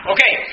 Okay